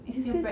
it still